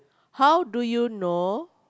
how do you know